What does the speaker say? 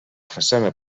façana